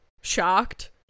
shocked